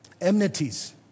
enmities